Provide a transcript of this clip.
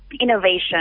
innovation